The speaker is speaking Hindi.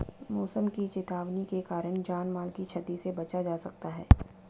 मौसम की चेतावनी के कारण जान माल की छती से बचा जा सकता है